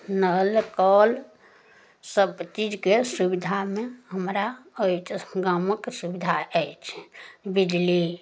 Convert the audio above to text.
नल कल सबचीजके सुविधामे हमरा अछि गामके सुविधा अछि बिजली